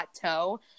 plateau